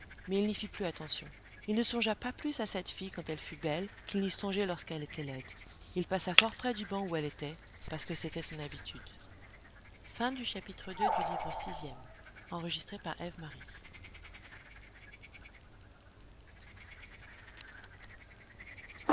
mais il n'y fit plus attention il ne songea pas plus à cette fille quand elle fut belle qu'il n'y songeait lorsqu'elle était laide il passait fort près du banc où elle était parce que c'était son habitude chapitre iii